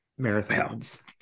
marathons